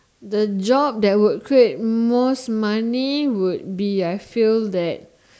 the job that would create most money would be I feel that